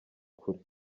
kure